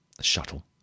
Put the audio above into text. shuttle